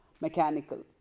mechanical